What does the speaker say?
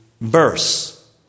verse